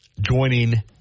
joining